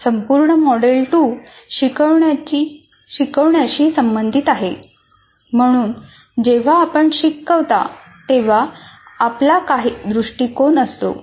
संपूर्ण मॉड्यूल 2 शिकवण्याशी संबंधित आहे म्हणून जेव्हा आपण शिकवता तेव्हा आपला काही दृष्टिकोन असतो